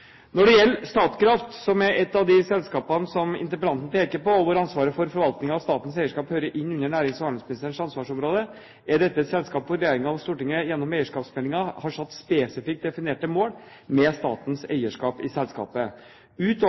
Når det gjelder Statkraft, som er et av de selskapene som interpellanten peker på, og hvor ansvaret for forvaltningen av statens eierskap hører innunder nærings- og handelsministerens ansvarsområde, er dette et selskap hvor regjeringen og Stortinget gjennom eierskapsmeldingen har satt spesifikt definerte mål med statens eierskap i selskapet, utover